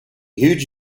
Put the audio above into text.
huge